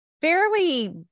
fairly